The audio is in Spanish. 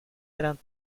eran